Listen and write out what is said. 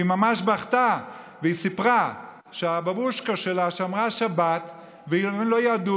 והיא ממש בכתה וסיפרה שהבבושקה שלה שמרה שבת והם לא ידעו,